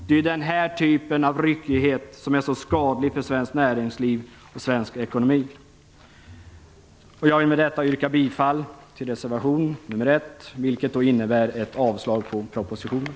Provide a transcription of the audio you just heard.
Det är den här typen av ryckighet som är så skadlig för svenskt näringsliv och svensk ekonomi. Jag vill med detta yrka bifall till reservation nr 1, vilket innebär att jag yrkar avslag på propositionen.